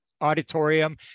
auditorium